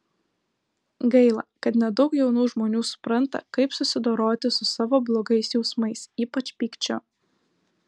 gaila kad nedaug jaunų žmonių supranta kaip susidoroti su savo blogais jausmais ypač pykčiu